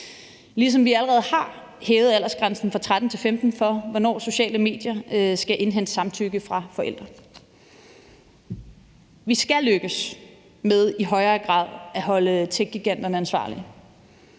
ligesom vi allerede har hævet aldersgrænsen fra 13 år til 15 år for, hvornår sociale medier skal indhente samtykke fra forældre. Vi skal lykkes med i højere grad at holde techgiganterne ansvarlige.